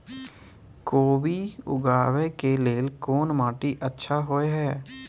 कोबी उगाबै के लेल कोन माटी अच्छा होय है?